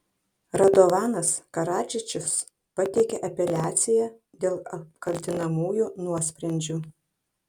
radovanas karadžičius pateikė apeliaciją dėl apkaltinamųjų nuosprendžių